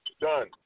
done